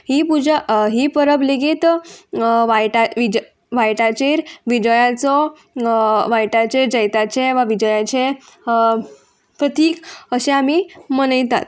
ही पुजा ही परब लेगीत वायटा विज वायटाचेर विजयाचो वायटाचेर जैताचे वा विजयाचे प्रतीक अशे आमी मनयतात